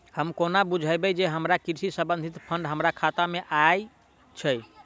हम कोना बुझबै जे हमरा कृषि संबंधित फंड हम्मर खाता मे आइल अछि?